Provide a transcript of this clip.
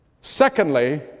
Secondly